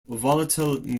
volatile